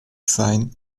sein